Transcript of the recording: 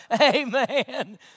Amen